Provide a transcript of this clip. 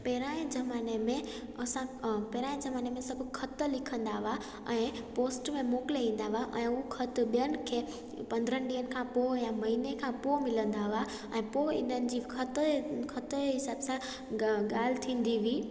पहिरांजे ज़माने में असां पहिरां ज़माने में सभु ख़त लिखंदा हुआ ऐं पोस्ट में मोकिले ईंदा हुआ ऐं उहा ख़त ॿियनि खे पंद्रनि ॾींहंनि खां पोइ या महीने खां पोइ मिलंदा हुआ ऐं पोइ इन्हनि जी ख़तु ख़तजे हिसाबु सां ॻाल ॻाल्हि थींदी हुई